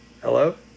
Hello